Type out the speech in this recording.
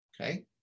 okay